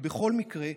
ובכל מקרה,